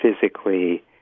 physically